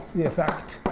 the effect